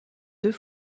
deux